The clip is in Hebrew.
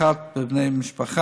הדרכת בני משפחה,